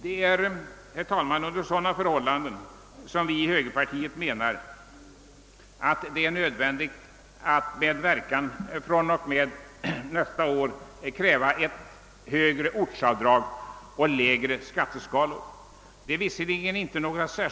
Det är, herr talman, på grund av dessa förhållanden som vi i högerpartiet menar att det är nödvändigt att kräva införande av högre ortsavdrag och lägre skatteskalor med verkan fr.o.m. nästa år.